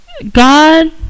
God